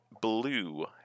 blue